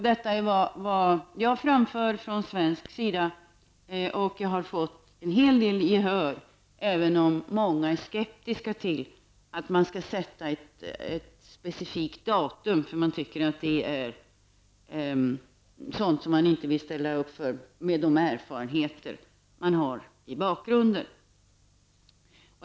Detta är vad jag har framfört från svensk sida, och jag har fått en hel del gehör även om många är skeptiska till att man skall uppställa ett specifikt datum, eftersom man inte anser att man vill ställa sig bakom ett sådant förslag med de erfarenheter man har i bakgrunden.